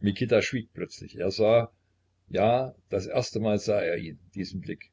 mikita schwieg plötzlich er sah ja das erste mal sah er ihn diesen blick